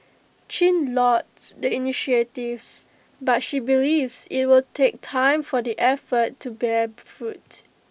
chin lauds the initiatives but she believes IT will take time for the efforts to bear fruit